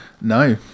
No